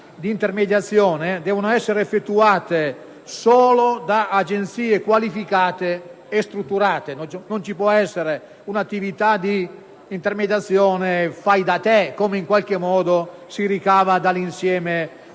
le attività di intermediazione devono essere effettuate solo da agenzie qualificate e strutturate. Non ci può essere un'attività di intermediazione "fai da te", come in qualche modo si ricava dall'insieme dell'articolo.